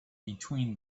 between